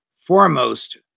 foremost